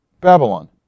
Babylon